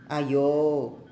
!aiyo!